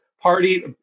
party